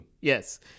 Yes